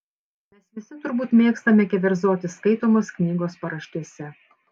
mes visi turbūt mėgstame keverzoti skaitomos knygos paraštėse